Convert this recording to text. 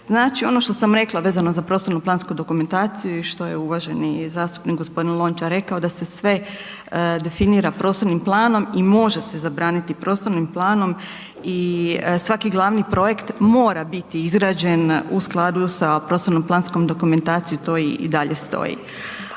Znači, ono što sam rekla vezano za prostorno-plansku dokumentaciju i što je uvaženi zastupnik Lončar rekao da se sve definira prostornim planom i može se zabraniti prostornim planom i svaki glavni projekt mora biti izrađen u skladu sa prostorno planskom-dokumentacijom, to i dalje stoji.